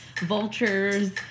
vultures